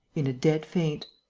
in a dead faint.